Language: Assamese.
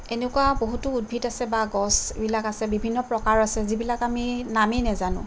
এনেকুৱা বহুতো উদ্ভিদ আছে বা গছবিলাক আছে বিভিন্ন প্ৰকাৰ আছে যিবিলাক আমি নামেই নেজানোঁ